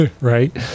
right